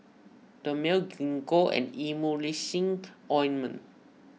Dermale Gingko and Emulsying Ointment